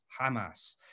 Hamas